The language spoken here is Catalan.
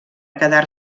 quedar